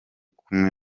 kumwe